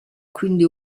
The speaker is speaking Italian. quindi